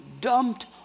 dumped